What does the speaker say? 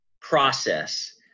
process